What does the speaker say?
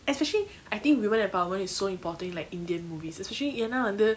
especially I think women empowerment is so important in like indian movies especially ஏனா வந்து:yena vanthu